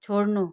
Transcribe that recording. छोड्नु